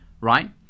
right